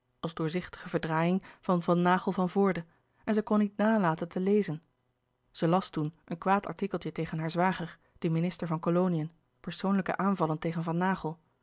als doorzichtige verdraaiïng van van naghel van voorde en zij kon niet nalaten te lezen zij las toen een kwaad artikeltje tegen haar zwager den minister van koloniën persoonlijke aanvallen tegen van naghel